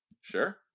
Sure